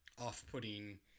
off-putting